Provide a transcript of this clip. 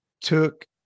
took